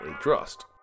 trust